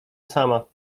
sama